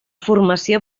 formació